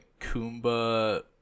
Kumba